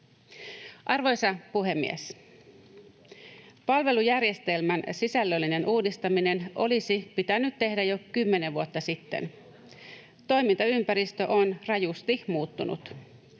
Arvoisa puhemies! Palvelujärjestelmän sisällöllinen uudistaminen olisi pitänyt tehdä jo kymmenen vuotta sitten. Toimintaympäristö on rajusti muuttunut.